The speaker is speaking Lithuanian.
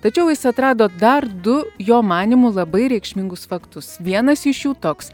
tačiau jis atrado dar du jo manymu labai reikšmingus faktus vienas iš jų toks